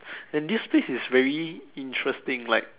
and this place is very interesting like